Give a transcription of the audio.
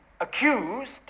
accused